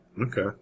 Okay